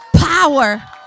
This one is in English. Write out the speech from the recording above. power